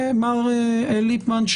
מר ליפמן,